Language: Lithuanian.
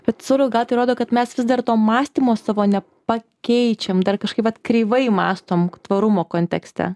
bet surogatai rodo kad mes vis dar to mąstymo savo nepakeičiam dar kažkaip vat kreivai mąstom tvarumo kontekste